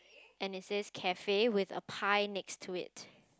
and it says cafe with a pie next to it